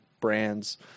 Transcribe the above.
brands